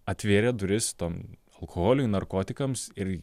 atvėrė duris tam alkoholiui narkotikams ir